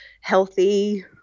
healthy